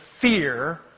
fear